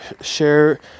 share